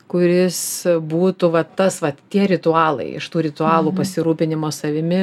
kuris būtų va tas vat tie ritualai iš tų ritualų pasirūpinimo savimi